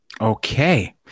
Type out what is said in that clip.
okay